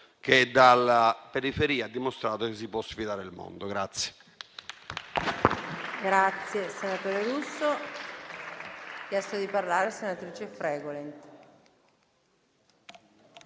che dalla periferia ha dimostrato che si può sfidare il mondo.